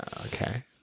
okay